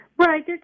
Right